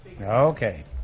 Okay